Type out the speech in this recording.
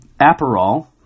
Aperol